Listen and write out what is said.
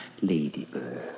ladybird